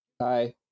Hi